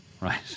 Right